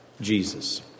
Jesus